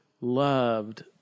loved